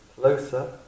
closer